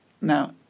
Now